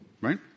Right